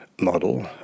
model